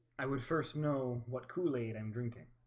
i would first know what kool-aid i'm drinking.